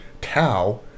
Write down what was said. tau